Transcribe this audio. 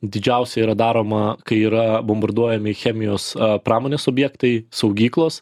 didžiausia yra daroma kai yra bombarduojami chemijos pramonės objektai saugyklos